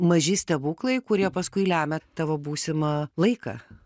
maži stebuklai kurie paskui lemia tavo būsimą laiką